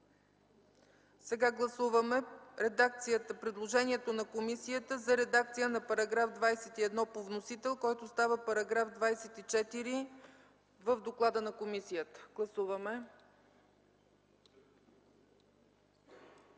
Сега гласуваме предложението на комисията за редакция на § 21 по вносител, който става § 24, в доклада на комисията. Гласували